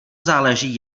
záleží